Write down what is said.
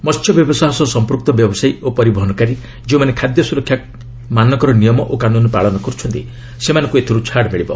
ମସ୍ୟ ବ୍ୟବସାୟ ସହ ସମ୍ପୁକ୍ତ ବ୍ୟବସାୟୀ ଓ ପରିବହନକାରୀ' ଯେଉଁମାନେ ଖାଦ୍ୟ ସୁରକ୍ଷାମାନକର ନିୟମ ଓ କାନୁନ୍ ପାଳନ କରୁଛନ୍ତି ସେମାନଙ୍କୁ ଏଥିରୁ ଛାଡ଼ ମିଳିବ